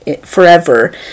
forever